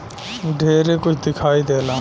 ढेरे कुछ दिखाई देला